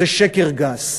זה שקר גס.